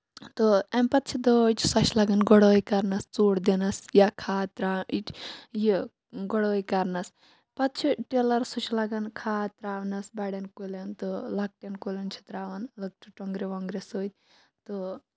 تہٕ اَمہِ پَتہٕ چھِ دٲجۍ سۄ چھِ لَگان گُڑٲے کرنَس ژوٚڑ دِنَس یا کھاد یہِ گُڑاے کرنَس پَتہٕ چھُ ٹِلَر سُہ چھُ لگان کھاد تراونَس بَڑین کُلین تہٕ لۄکٹین کُلین چھِ تراوان لۄکٹہِ ٹونگرِ ووٚنگرِ سۭتۍ تہٕ